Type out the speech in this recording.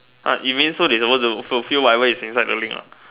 uh you mean so they supposed to fulfill whatever is inside the link uh